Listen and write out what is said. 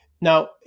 now